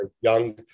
young